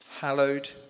Hallowed